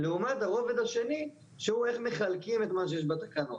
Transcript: לעומת הרובד השני שהוא איך מחלקים את מה שיש בתקנות.